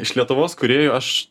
iš lietuvos kūrėjų aš